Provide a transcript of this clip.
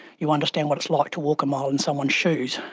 you understand what it's like to walk a mile in someone's shoes.